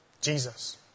jesus